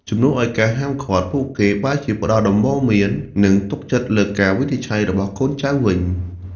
ជំនួសឱ្យការហាមឃាត់ ពួកគេបែរជាផ្តល់ដំបូន្មាន និងទុកចិត្តលើការវិនិច្ឆ័យរបស់កូនចៅវិញ។